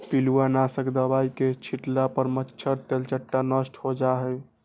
पिलुआ नाशक दवाई के छिट्ला पर मच्छर, तेलट्टा नष्ट हो जाइ छइ